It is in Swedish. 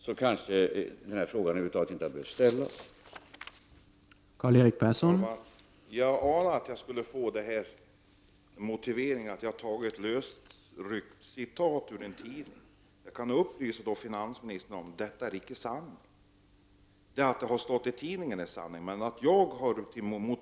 Då hade den här frågan kanske inte behövt ställas i riksdagen.